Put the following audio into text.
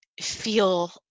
feel